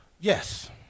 yes